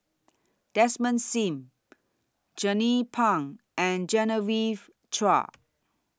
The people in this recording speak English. Desmond SIM Jernnine Pang and Genevieve Chua